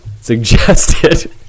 suggested